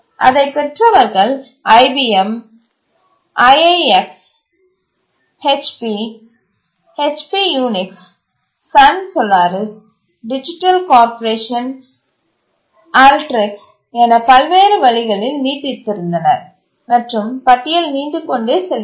அதைப் பெற்றவர்கள் IBM AIX HP HP UX Sun Solaris Digital Corporation Ultrix என பல்வேறு வழிகளில் நீட்டித்தனர் மற்றும் பட்டியல் நீண்டு கொண்டே செல்கிறது